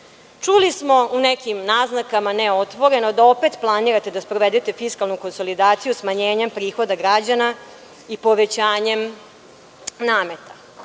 Čuli smo u nekim naznakama, ne otvoreno, da opet planirate da sprovedete fiskalnu konsolidaciju smanjenjem prihoda građana i povećanje nameta.